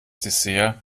dessert